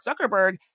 Zuckerberg